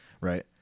Right